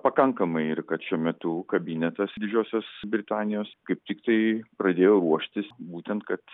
pakankamai ir kad šiuo metu kabinetas didžiosios britanijos kaip tiktai pradėjo ruoštis būtent kad